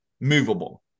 movable